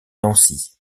nancy